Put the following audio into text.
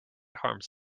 harms